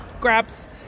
grabs